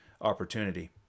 opportunity